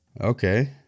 Okay